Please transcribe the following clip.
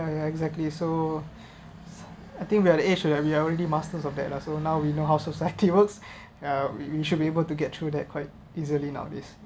ya exactly so I think we are the age we are already masters of that lah so now we know how society works ya we we should be able to get through that quite easily nowadays